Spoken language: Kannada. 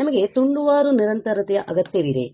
ನಮಗೆ ತುಂಡುವಾರು ನಿರಂತರತೆಯ ಅಗತ್ಯವಿದೆ